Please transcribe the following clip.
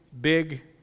big